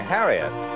Harriet